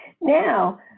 Now